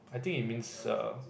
I think it means err